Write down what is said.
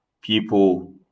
people